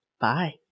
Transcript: Bye